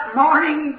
morning